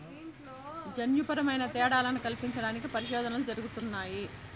జన్యుపరమైన తేడాలను కల్పించడానికి పరిశోధనలు జరుగుతున్నాయి